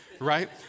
right